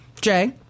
Jay